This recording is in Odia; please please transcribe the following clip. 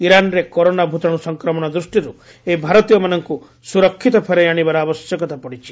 ଇରାନ୍ରେ କରୋନା ଭୂତାଣୁ ସଂକ୍ରମଣ ଦୃଷ୍ଟିରୁ ଏହି ଭାରତୀୟମାନଙ୍କୁ ସୁରକ୍ଷିତ ଫେରାଇ ଆଶିବାର ଆବଶ୍ୟକତା ପଡ଼ିଛି